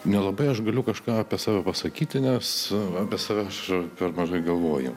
nelabai aš galiu kažką apie save pasakyti nes apie save aš per mažai galvoju